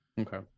Okay